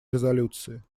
резолюции